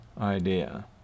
idea